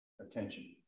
attention